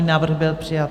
Návrh byl přijat.